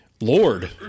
Lord